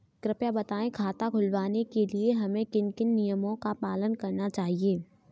कृपया बताएँ खाता खुलवाने के लिए हमें किन किन नियमों का पालन करना चाहिए?